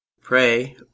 Pray